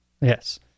Yes